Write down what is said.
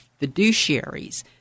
fiduciaries